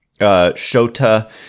Shota